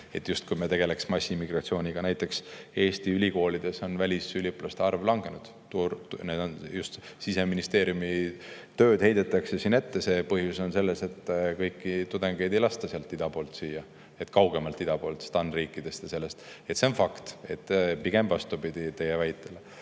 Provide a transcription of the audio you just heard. justkui me tegeleks massiimmigratsiooniga. Näiteks on Eesti ülikoolides välisüliõpilaste arv langenud. Just Siseministeeriumi tööd heidetakse siin ette: põhjus on selles, et kõiki tudengeid ei lasta sealt ida poolt siia, kaugemalt ida poolt, stan-riikidest ja sealt. See on fakt, mis käib pigem vastu teie väitele.